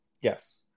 Yes